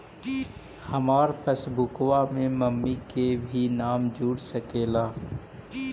हमार पासबुकवा में मम्मी के भी नाम जुर सकलेहा?